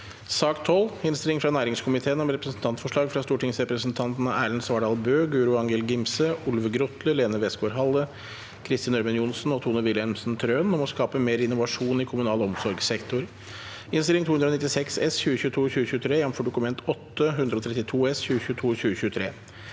Innstilling fra næringskomiteen om Representantfor- slag fra stortingsrepresentantene Erlend Svardal Bøe, Guro Angell Gimse, Olve Grotle, Lene Westgaard-Halle, Kristin Ørmen Johnsen og Tone Wilhelmsen Trøen om å skape mer innovasjon i kommunal omsorgssektor (Innst. 296 S (2022–2023), jf. Dokument 8:132 S (2022–2023))